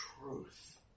truth